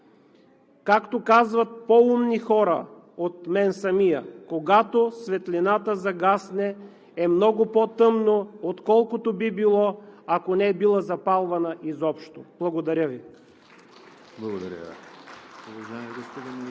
както казват по-умни хора от мен самия: „Когато светлината загасне, е много по-тъмно, отколкото би било, ако не е била запалвана изобщо!“ Благодаря Ви.